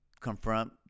confront